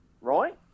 right